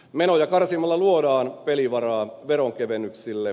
menoja karsimalla luodaan pelivaraa veronkevennyksille